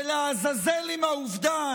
ולעזאזל עם העובדה